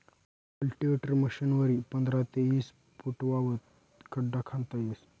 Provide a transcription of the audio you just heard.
cultivator मशीनवरी पंधरा ते ईस फुटपावत खड्डा खणता येस